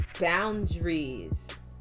boundaries